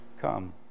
Come